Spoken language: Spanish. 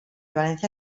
valencia